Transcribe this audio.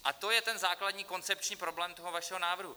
A to je ten základní koncepční problém vašeho návrhu.